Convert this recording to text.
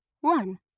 one